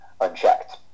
unchecked